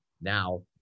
now